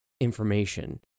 information